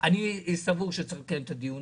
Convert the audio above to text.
לקיים את הדיון